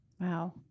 Wow